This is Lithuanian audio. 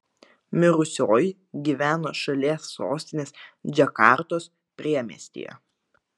mirusioji gyveno šalies sostinės džakartos priemiestyje